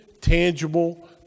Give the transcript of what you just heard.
tangible